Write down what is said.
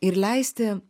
ir leisti